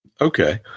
Okay